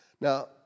Now